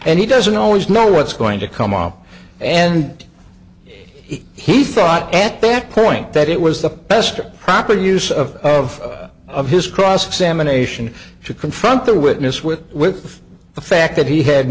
and he doesn't always know what's going to come off and he thought at that point that it was the best or proper use of of of his cross examination to confront the witness with with the fact that he had